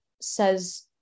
says